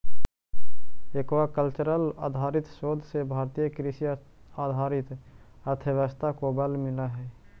aquacultural आधारित शोध से भारतीय कृषि आधारित अर्थव्यवस्था को बल मिलअ हई